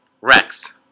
Rex